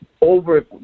over